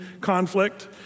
conflict